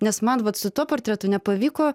nes man vat su tuo portretu nepavyko